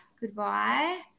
goodbye